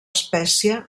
espècie